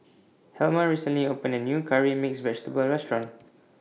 Helma recently opened A New Curry Mixed Vegetable Restaurant